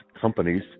companies